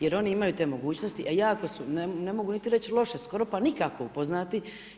Jer oni imaju te mogućnosti a jako su, ne mogu niti reći loše, skoro pa nikako upoznati.